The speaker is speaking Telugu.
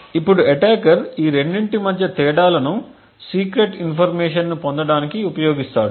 ఇప్పుడు అటాకర్ ఈ రెండింటి మధ్య తేడాలను సీక్రెట్ ఇన్ఫర్మేషన్ ని పొందటానికి ఉపయోగిస్తాడు